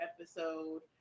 episode